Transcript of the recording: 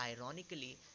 ironically